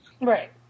Right